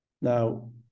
Now